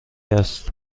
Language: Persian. است